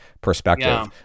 perspective